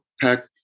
pack